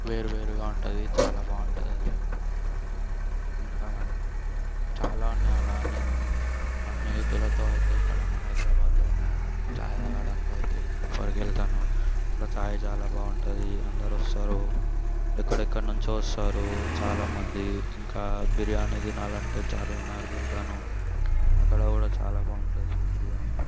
వేరువేరుగా ఉంటుంది చాలా బాగుంటుంది అది ఇంకా చాలా ఉన్నాయి అలా నేను మా స్నేహితులతో అయితే ఇక్కడ మా హైదరాబాదులో ఉన్న చాయ్ తాగడానికి అయితే నేను అక్కడికి వెళ్తాను అక్కడ చాయ్ చాలా బాగుంటుంది అందరు వస్తారు ఎక్కడెక్కడ నుంచో వస్తారు చాలామంది ఇంకా బిర్యానీ తినాలి అంటే చార్మినార్కు వెళ్తాను అక్కడ కూడా చాలా బాగుంటుంది బిర్యానీ